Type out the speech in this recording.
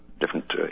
different